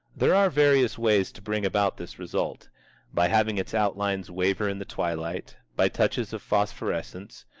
there are various ways to bring about this result by having its outlines waver in the twilight, by touches of phosphorescence,